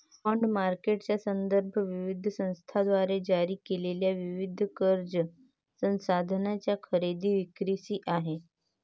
bond मार्केटचा संदर्भ विविध संस्थांद्वारे जारी केलेल्या विविध कर्ज साधनांच्या खरेदी विक्रीशी आहे